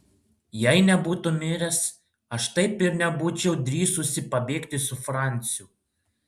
jei nebūtų miręs aš taip ir nebūčiau drįsusi pabėgti su franciu